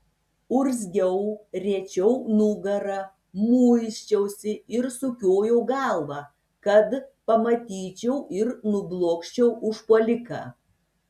urzgiau riečiau nugarą muisčiausi ir sukiojau galvą kad pamatyčiau ir nublokščiau užpuoliką